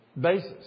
basis